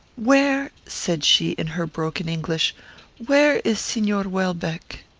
where, said she, in her broken english where is signor welbeck?